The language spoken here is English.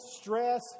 stress